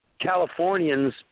Californians